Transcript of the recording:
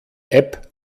app